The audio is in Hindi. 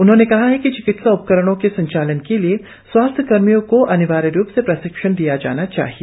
उन्होंने कहा कि चिकित्सा उपकरणों के संचालन के लिए स्वास्थ्य कर्मियों को अनिवार्य रूप से प्रशिक्षण दिया जाना चाहिए